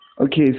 Okay